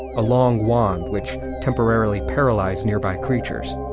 a long one, which temporarily paralyzed nearby creatures